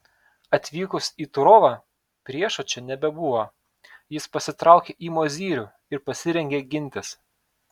atvykus į turovą priešo čia nebebuvo jis pasitraukė į mozyrių ir pasirengė gintis